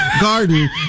Garden